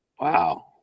Wow